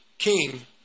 king